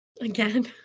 again